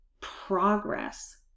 progress